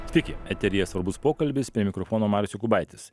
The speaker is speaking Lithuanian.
sveiki eteryje svarbus pokalbis prie mikrofono marius jokūbaitis